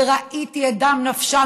וראיתי את דם נפשם,